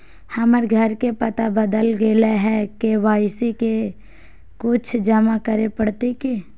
हमर घर के पता बदल गेलई हई, के.वाई.सी में कुछ जमा करे पड़तई की?